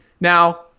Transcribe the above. Now